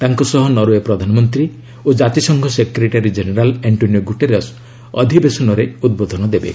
ତାଙ୍କ ସହ ନରୱ୍ୱେ ପ୍ରଧାନମନ୍ତ୍ରୀ ଓ କାତିସଂଘ ସେକ୍ରେଟାରୀ ଜେନେରାଲ୍ ଆଣ୍ଟ୍ରୋନିଓ ଗୁଟେରସ୍ ଅଧିବେଶନରେ ଉଦ୍ବୋଧନ ଦେବେ